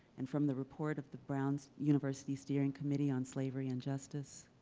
and from the report of the brown university steering committee on slavery and justice.